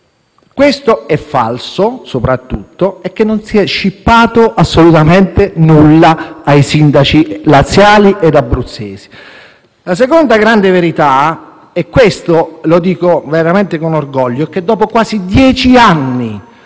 questo è falso e, soprattutto, che non si è scippato assolutamente nulla ai sindaci laziali e abruzzesi. La seconda grande verità è che - lo dico veramente con orgoglio - dopo quasi dieci anni